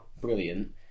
brilliant